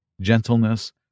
gentleness